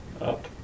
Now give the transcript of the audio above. Up